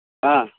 हाँ